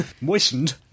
moistened